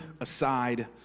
aside